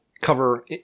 cover